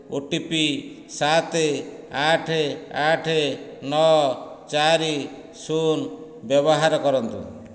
OTP ସାତ ଆଠ ଆଠ ନଅ ଚାରି ଶୂନ ବ୍ୟବହାର କରନ୍ତୁ